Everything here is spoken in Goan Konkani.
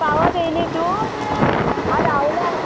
पावत येयली तूं हांव रावलां